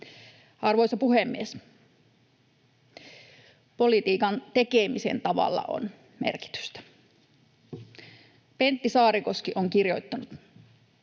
Arvoisa puhemies! Politiikan tekemisen tavalla on merkitystä. Pentti Saarikoski on kirjoittanut: